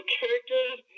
characters